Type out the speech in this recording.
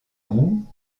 roux